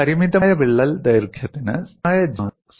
പരിമിതമായ വിള്ളൽ ദൈർഘ്യത്തിന് സ്ഥിരമായ G മാതൃക സാധ്യമാണ്